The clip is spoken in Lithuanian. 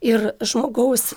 ir žmogaus